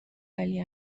ولی